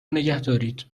نگهدارید